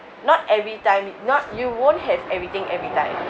not every time not you won't have everything every time